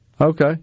Okay